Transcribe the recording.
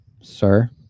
sir